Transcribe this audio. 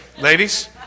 Ladies